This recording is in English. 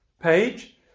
page